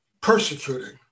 persecuting